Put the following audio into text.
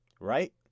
right